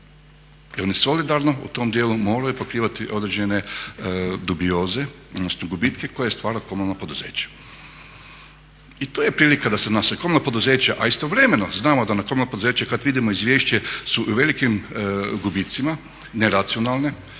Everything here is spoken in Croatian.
i oni solidarno u tom dijelu mogli bi pokrivati određene dubioze odnosno gubitke koje stvara komunalno poduzeće. I to je prilika da se … komunalna poduzeća, a istovremeno znamo da … poduzeće kad vidimo izvješće su u velikim gubicima, neracionalne,